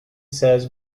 says